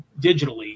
digitally